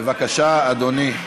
בבקשה, אדוני.